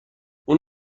اون